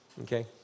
Okay